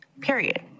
period